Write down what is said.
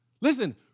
Listen